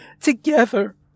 Together